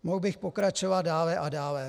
Mohl bych pokračovat dále a dále.